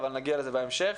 אבל נגיע לזה בהמשך.